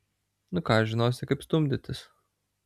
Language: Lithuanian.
nu ką žinosi kaip stumdytis